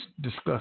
discuss